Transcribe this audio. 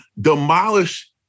demolish